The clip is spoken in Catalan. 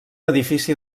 edifici